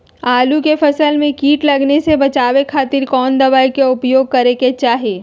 आलू के फसल में कीट लगने से बचावे खातिर कौन दवाई के उपयोग करे के चाही?